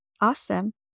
Awesome